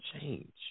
change